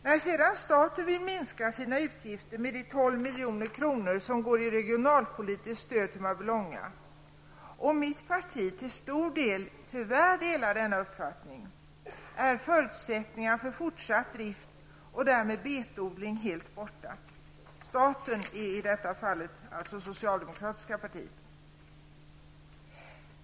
När sedan staten vill minska sina utgifter med de 12 Mörbylånga och mitt parti till stor del tyvärr delar denna uppfattning är förutsättningarna för fortsatt drift och därmed betodling helt borta -- staten är i detta fall detsamma som socialdemokratiska partiet.